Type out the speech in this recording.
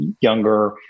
younger